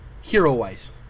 Hero-wise